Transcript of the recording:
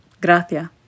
gracias